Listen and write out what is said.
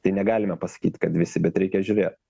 tai negalime pasakyt kad visi bet reikia žiūrėt